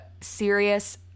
serious